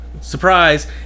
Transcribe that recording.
surprise